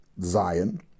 Zion